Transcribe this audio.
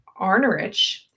Arnerich